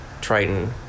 Triton